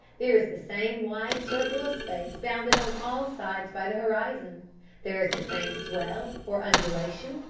there is the same wide circle of space bounded on all sides by the horizon there is the same swell, or undulation,